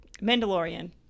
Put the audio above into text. Mandalorian